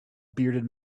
bearded